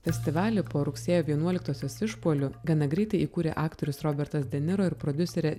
festivalį po rugsėjo vienuoliktosios išpuolių gana greitai įkūrė aktorius robertas deniro ir prodiuserė